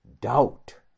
doubt